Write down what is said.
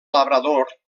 labrador